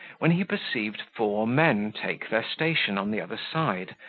when he perceived four men take their station on the other side,